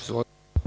Izvolite.